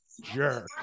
Jerk